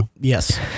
Yes